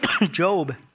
Job